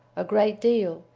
a great deal,